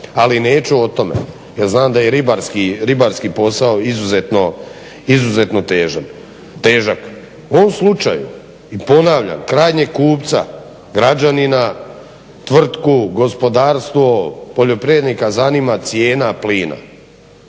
Ali neću o tome jer znam da je ribarski posao izuzetno težak. U ovom slučaju ponavljam krajnjeg kupca građanina, tvrtku, gospodarstvo, poljoprivrednika zanima cijena plina.